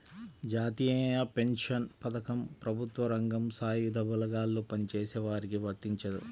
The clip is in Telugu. జాతీయ పెన్షన్ పథకం ప్రభుత్వ రంగం, సాయుధ బలగాల్లో పనిచేసే వారికి వర్తించదు